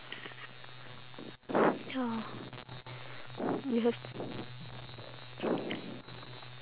ya you have